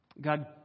God